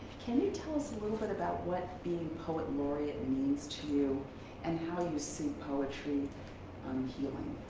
can you tell us a little bit about what being poet laureate means to and how you see poetry um healing